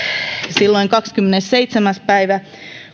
silloin kahdeskymmenesseitsemäs päivä